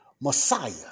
Messiah